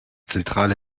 zentrale